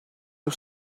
you